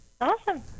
awesome